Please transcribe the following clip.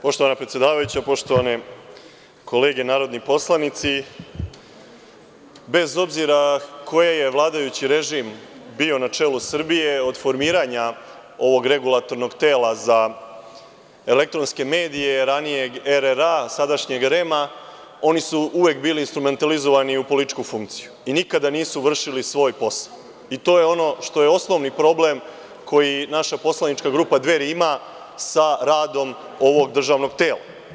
Poštovana predsedavajuća, poštovane kolege narodni poslanici, bez obzira koji je vladajući režim bio na čelu Srbije od formiranja ovog regulatornog tela za elektronske medije, ranije RRA, sadašnjeg REM-a, oni su uvek bili instrumentalizovani u političku funkciju i nikada nisu vršili svoj posao, i to je ono što je osnovni problem koji naša poslanička grupa Dveri ima sa radom ovog državnog tela.